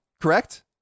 correct